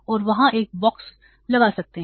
और वे वहां एक बॉक्स लगा सकते हैं